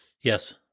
Yes